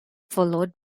followed